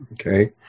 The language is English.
Okay